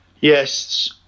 Yes